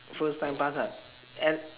first time pass ah and